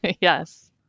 yes